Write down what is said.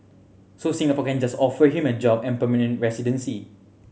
so Singapore can just offer him a job and permanent residency